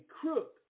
crook